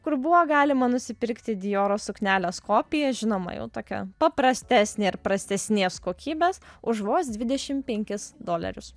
kur buvo galima nusipirkti dioro suknelės kopiją žinoma jau tokią paprastesnę ir prastesnės kokybės už vos dvidešim penkis dolerius